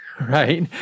right